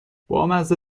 بامزه